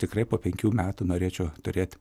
tikrai po penkių metų norėčiau turėti